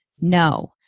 no